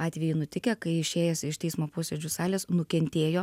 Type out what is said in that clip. atvejai nutikę kai išėjęs iš teismo posėdžių salės nukentėjo